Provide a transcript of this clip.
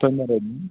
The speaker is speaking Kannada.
ತೊಂದರೆ